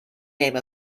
name